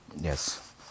Yes